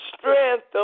strength